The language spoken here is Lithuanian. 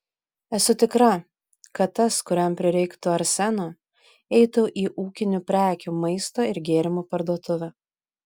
esu tikra kad tas kuriam prireiktų arseno eitų į ūkinių prekių maisto ir gėrimų parduotuvę